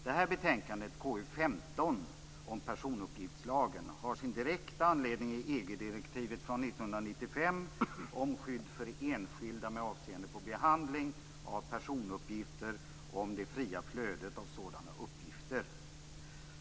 Detta betänkande - KU15 - om personuppgiftslagen har sin direkta anledning i EG-direktivet från 1995 om skydd för enskilda med avseende på behandling av personuppgifter och om det fria flödet av sådana uppgifter.